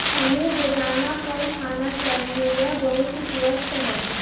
हमें रोजाना फल खाना चाहिए, यह बहुत स्वस्थ है